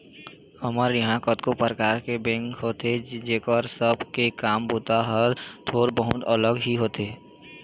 हमर इहाँ कतको परकार के बेंक होथे जेखर सब के काम बूता ह थोर बहुत अलग ही होथे